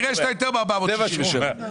שעברה,